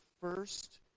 first